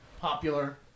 popular